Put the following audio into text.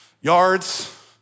Yards